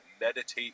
meditate